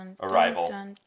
Arrival